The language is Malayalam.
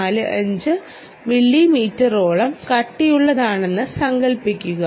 45 മില്ലിമീറ്ററോളം കട്ടിയുള്ളതാണെന്ന് സങ്കൽപ്പിക്കുക